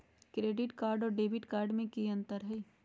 Credit card और debit card में की अंतर हई?